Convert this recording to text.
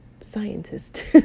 scientist